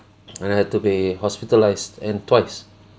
and I had to be hospitalised and twice